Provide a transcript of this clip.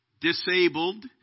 disabled